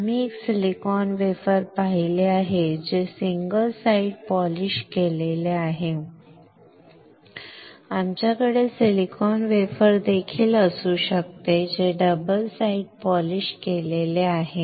आम्ही एक silicon wafer पाहिले आहे जे सिंगल साइड पॉलिश केलेले आहे आमच्याकडे सिलिकॉन वेफर देखील असू शकते जे डबल साइड पॉलिश केलेले आहे